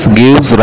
gives